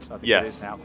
yes